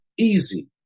Easy